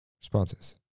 responses